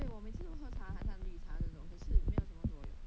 对我每次都喝茶很像绿茶这种可是没有很好